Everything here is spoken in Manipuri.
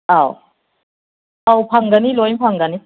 ꯑꯥꯎ ꯑꯥꯎ ꯐꯪꯒꯅꯤ ꯂꯣꯏ ꯐꯪꯒꯅꯤ